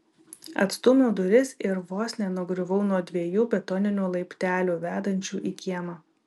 atstūmiau duris ir vos nenugriuvau nuo dviejų betoninių laiptelių vedančių į kiemą